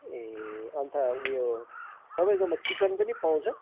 ए अन्त उयो तपाईँकोमा चिकन पनि पाउँछ